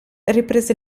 riprese